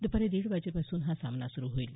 दुपारी दीड वाजेपासून हा सामना सुरू होईल